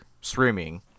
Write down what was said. streaming